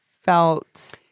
felt